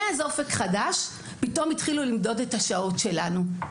מאז אופק חדש, פתאום התחילו למדוד את השעות שלנו.